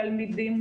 תלמידים,